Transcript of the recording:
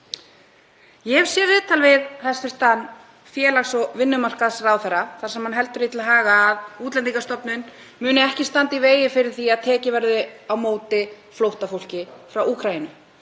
Ég hef séð viðtal við hæstv. félags- og vinnumarkaðsráðherra þar sem hann heldur því til haga að Útlendingastofnun muni ekki standa í vegi fyrir því að tekið verði á móti flóttafólki frá Úkraínu.